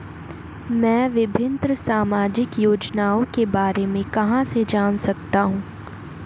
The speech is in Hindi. मैं विभिन्न सामाजिक योजनाओं के बारे में कहां से जान सकता हूं?